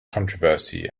controversy